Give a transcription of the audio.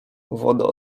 woda